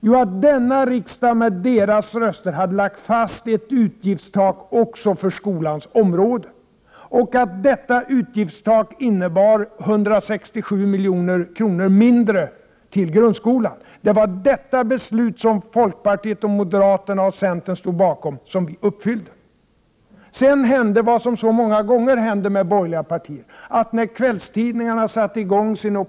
Jo, att denna riksdag med deras röster hade fastlagt ett utgiftstak också för skolan. Detta utgiftstak innebar 167 milj.kr. mindre till grundskolan. Detta beslut, som folkpartiet, moderaterna och centern stod bakom, uppfyllde vi. Sedan hände det som så många gånger händer med borgerliga partier: när kvällstidningarna satte i gång sin Prot.